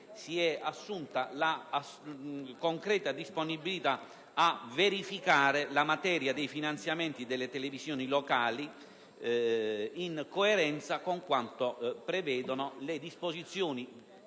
si è assunta la concreta disponibilità a verificare la materia dei finanziamenti delle televisioni locali in coerenza con quanto prevedono le disposizioni